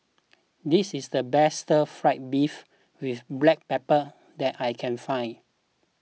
this is the best Stir Fried Beef with Black Pepper that I can find